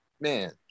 Man